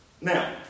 Now